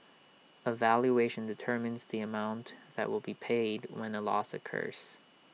A valuation determines the amount that will be paid when A loss occurs